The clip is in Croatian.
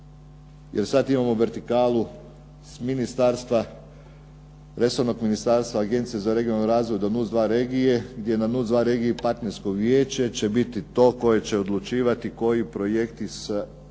jer sada imamo vertikalu resornog ministarstva Agencije za regionalni razvoj NUC 2 regije, gdje je na NUC 2 regiji partnersko vijeće će biti to koje će odlučivati koji projekti s